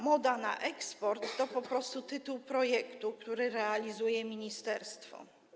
Moda na eksport” to po prostu tytuł projektu, który realizuje ministerstwo.